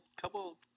couple